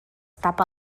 tapa